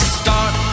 start